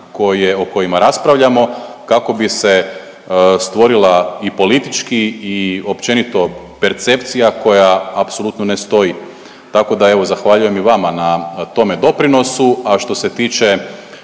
o kojima raspravljamo kako bi se stvorila i politički i općenito percepcija koja apsolutno ne stoji. Tako da, evo zahvaljujem i vama na tome doprinosu, a što se tiče